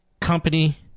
company